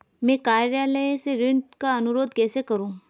मैं कार्यालय से ऋण का अनुरोध कैसे करूँ?